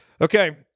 Okay